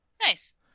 Nice